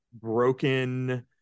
broken